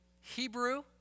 Hebrew